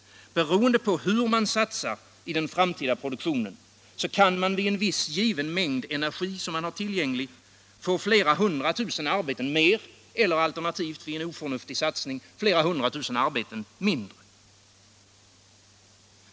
Beroende på hur man satsar i den framtida produktionen kan man vid viss given mängd energi få flera hundra tusen arbeten mer eller, vid oförnuftig satsning, mindre.